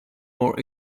more